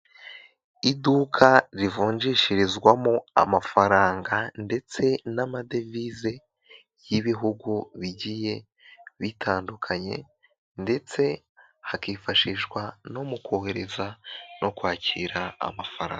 Iduka rivunjishirizwamo amafaranga ndetse n'amadevize y'ibihugu bigiye bitandukanye, ndetse hakifashishwa no mu kohereza no kwakira amafaranga.